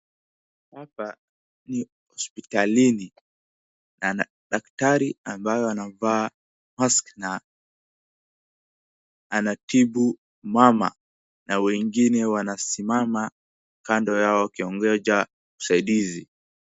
Hapa ni hopsitalini na daktari ambayo anavaa mask na anatibu mama na wengine wanasimama kando yao wakiongonja uasaidizi.